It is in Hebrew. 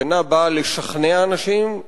הפגנה באה לשכנע אנשים,